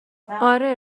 آره